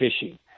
fishing